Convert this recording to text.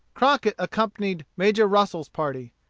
crockett accompanied major russel's party.